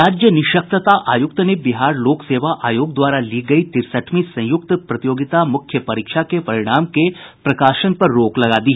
राज्य निःशक्तता आयुक्त ने बिहार लोक सेवा आयोग द्वारा ली गयी तिड़सठवीं संयुक्त प्रतियोगिता मुख्य परीक्षा के परिणाम के प्रकाशन पर रोक लगा दी